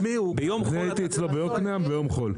אני הייתי אצלו ביוקנעם ביום חול.